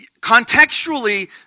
contextually